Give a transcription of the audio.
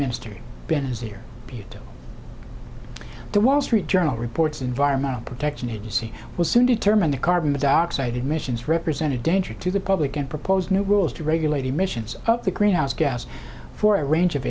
minister benazir bhutto the wall street journal reports environmental protection agency will soon determine the carbon dioxide emissions represent a danger to the public and proposed new rules to regulate emissions up the greenhouse gas for a range of